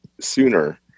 sooner